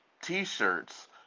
t-shirts